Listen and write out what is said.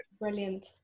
Brilliant